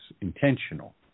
intentional